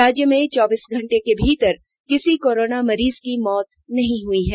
राज्य में चौबीस घंटे के भीतर किसी कोरोना मरीज की मौत नहीं हुई है